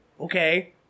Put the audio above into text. okay